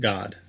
God